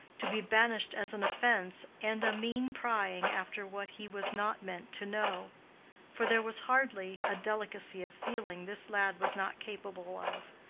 to be banished as an offense, and a mean prying after what he was not meant to know for there was hardly a delicacy of feeling this lad was not capable of.